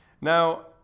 Now